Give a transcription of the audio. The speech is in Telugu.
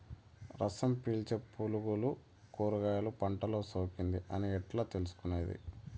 రసం పీల్చే పులుగులు కూరగాయలు పంటలో సోకింది అని ఎట్లా తెలుసుకునేది?